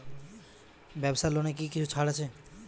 ব্যাবসার লোনে কি কিছু ছাড় আছে?